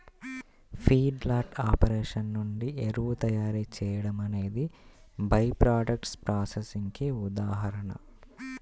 feedlot operation నుండి ఎరువు తయారీ చేయడం అనేది బై ప్రాడక్ట్స్ ప్రాసెసింగ్ కి ఉదాహరణ